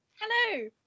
Hello